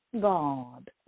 God